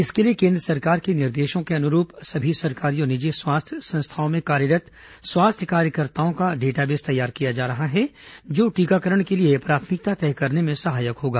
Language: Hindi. इसके लिए केन्द्र सरकार के निर्देशों के अनुरूप सभी सरकारी और निजी स्वास्थ्य संस्थाओं में कार्यरत स्वास्थ्य कार्यकर्ताओं का डॉटा बेस तैयार किया जा रहा है जो टीकाकरण के लिए प्राथमिकता तय करने में सहायक होगा